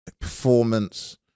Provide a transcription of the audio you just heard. performance